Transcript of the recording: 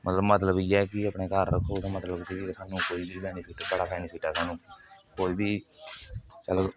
मतलब इ'यै ऐ कि अपने घर रक्खो ओह्दा मतलब एह् ऐ कि सानू कोई बी बैनीफिट बड़ा बैनिफिट ऐ कोई बी चलो